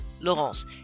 Laurence